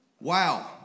Wow